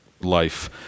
life